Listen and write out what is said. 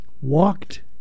walked